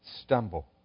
stumble